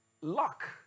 luck